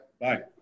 Bye